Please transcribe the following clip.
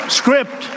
script